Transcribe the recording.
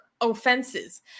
offenses